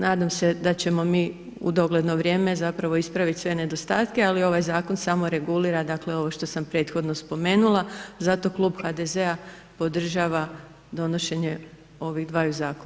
Nadam se da ćemo mi u dogledno vrijeme zapravo ispraviti sve nedostatke, ali ovaj zakon samo regulira, dakle ovo što sam prethodno spomenula, zato Klub HDZ-a podržava donošenje ovih dvaju zakona.